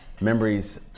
memories